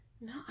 No